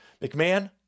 McMahon